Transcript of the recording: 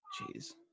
Jeez